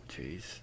jeez